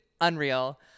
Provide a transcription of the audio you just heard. unreal